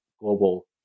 global